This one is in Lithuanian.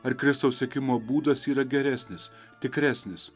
ar kristaus sekimo būdas yra geresnis tikresnis